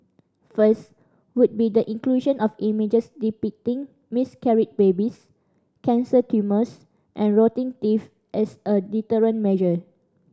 first would be the inclusion of images depicting miscarried babies cancer tumours and rotting teeth as a deterrent measure